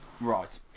Right